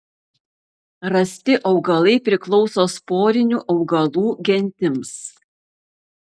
rasti augalai priklauso sporinių augalų gentims